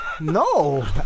no